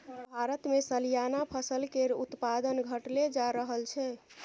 भारतमे सलियाना फसल केर उत्पादन घटले जा रहल छै